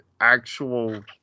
actual